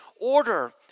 order